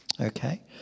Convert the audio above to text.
okay